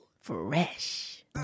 Fresh